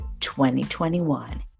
2021